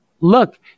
Look